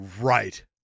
right